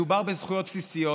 מדובר בזכויות בסיסיות.